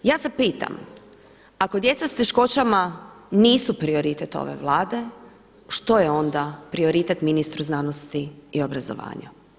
Ja se pitam ako djeca sa teškoćama nisu prioritet ove Vlade što je onda prioritet ministru znanosti i obrazovanja?